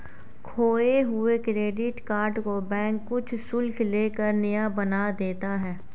खोये हुए credit card को बैंक कुछ शुल्क ले कर नया बना देता है